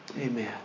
Amen